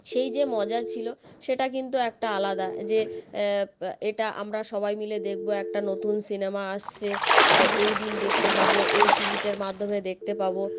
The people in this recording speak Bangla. সেই যে মজা ছিল সেটা কিন্তু একটা আলাদা যে এটা আমরা সবাই মিলে দেখবো একটা নতুন সিনেমা আসছে এইদিন দেখতে পাবো এই টিকিটের মাধ্যমে দেখতে পাবো